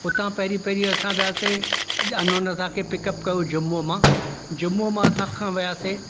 उतां पहिरीं पहिरीं असां वियासीं अॼु हुन असांखे पिकअप कयोसीं जम्मू मां